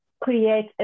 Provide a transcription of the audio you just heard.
create